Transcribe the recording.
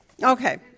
Okay